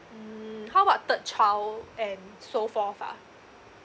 mm how about third child and so forth ah